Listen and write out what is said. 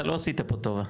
אתה לא עשית פה טוב,